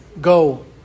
go